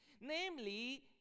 namely